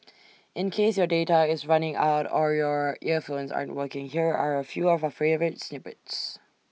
in case your data is running out or your earphones aren't working here are A few of our favourite snippets